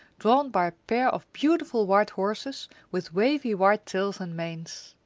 drawn by a pair of beautiful white horses with wavy white tails and manes.